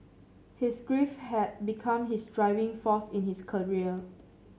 his grief had become his driving force in his career